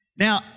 Now